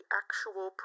actual